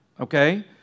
Okay